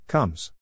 Comes